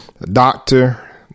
doctor